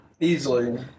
easily